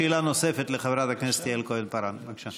שאלה נוספת לחברת הכנסת יעל כהן-פארן, בבקשה.